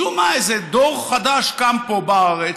משום מה, איזה דור חדש קם פה בארץ,